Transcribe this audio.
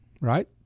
right